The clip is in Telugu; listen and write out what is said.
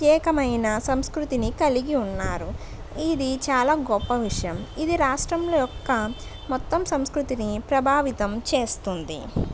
ప్రత్యేకమైన సంస్కృతిని కలిగి ఉన్నారు ఇది చాలా గొప్ప విషయం ఇది రాష్ట్రం యొక్క మొత్తం సంస్కృతిని ప్రభావితం చేస్తుంది